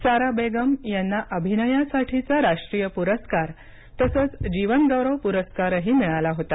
सारा बेगम यांना अभिनयासाठीचा राष्ट्रीय पुरस्कार तसंच जीवनगौरव पुरस्कारही मिळाला होता